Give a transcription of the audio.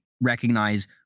recognize